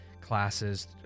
classes